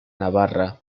navarra